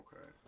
Okay